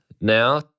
now